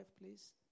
please